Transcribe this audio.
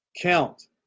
count